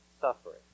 suffering